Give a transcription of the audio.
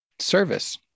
service